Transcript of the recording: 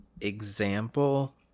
example